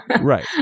Right